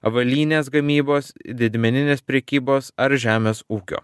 avalynės gamybos didmeninės prekybos ar žemės ūkio